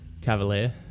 cavalier